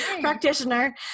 practitioner